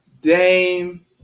Dame